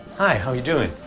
hi, how are you doing?